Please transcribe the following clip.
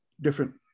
different